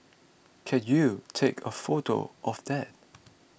can you take a photo of that